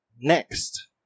Next